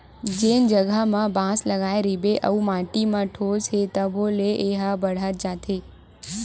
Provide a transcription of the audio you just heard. जेन जघा म बांस लगाए रहिबे अउ माटी म ठोस हे त तभो ले ए ह बाड़हत जाथे